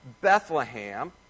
Bethlehem